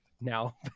now